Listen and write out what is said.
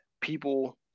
people